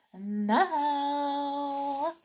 now